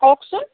কওকচোন